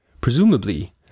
Presumably